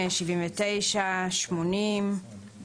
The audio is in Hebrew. לאחר סעיף 1, קבוצת ישראל ביתנו מציעה.